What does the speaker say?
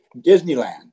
Disneyland